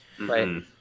Right